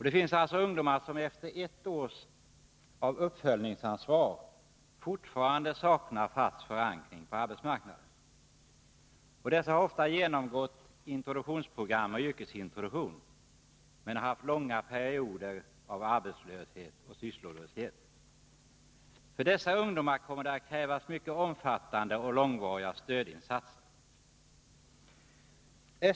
Det finns ungdomar som efter ett års kommunalt uppföljningsansvar fortfarande saknar fast förankring på arbetsmarknaden. Dessa har ofta genomgått introduktionsprogram och yrkesintroduktion men har haft långa perioder av arbetslöshet och sysslolöshet. För dessa ungdomar kommer det att krävas mycket omfattande och långvariga stödinsatser.